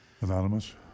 Anonymous